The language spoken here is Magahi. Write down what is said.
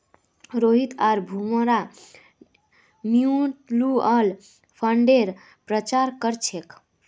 रोहित आर भूमरा म्यूच्यूअल फंडेर प्रचार कर छेक